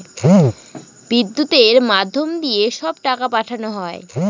বিদ্যুতের মাধ্যম দিয়ে সব টাকা পাঠানো হয়